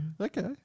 Okay